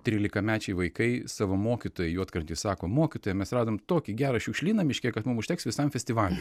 trylikamečiai vaikai savo mokytojai juodkrantėj sako mokytoja mes radom tokį gerą šiukšlyną miške kad mum užteks visam festivaliui